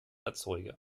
erzeuger